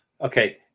Okay